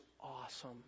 awesome